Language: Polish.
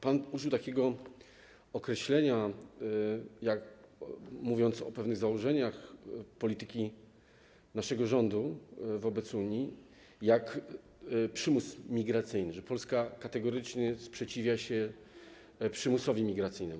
Pan użył takiego określenia, mówiąc o pewnych założeniach polityki naszego rządu wobec Unii: przymus migracyjny, że Polska kategorycznie sprzeciwia się przymusowi migracyjnemu.